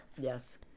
Yes